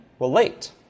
relate